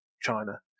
China